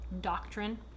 doctrine